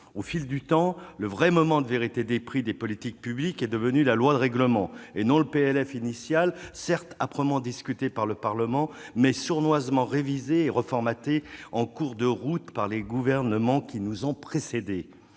Au fil du temps, le vrai moment de vérité des prix des politiques publiques est devenu la loi de règlement, et non le projet de loi de finances de l'année, certes âprement discuté par le Parlement, mais sournoisement révisé et reformaté en cours de route par les gouvernements qui nous ont précédés.